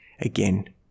again